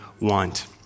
want